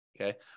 Okay